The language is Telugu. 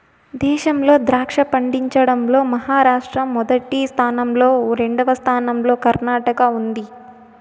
దేశంలో ద్రాక్ష పండించడం లో మహారాష్ట్ర మొదటి స్థానం లో, రెండవ స్థానం లో కర్ణాటక ఉంది